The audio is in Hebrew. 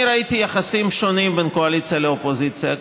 אני ראיתי יחסים שונים בין קואליציה לאופוזיציה.